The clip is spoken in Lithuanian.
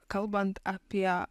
kalbant apie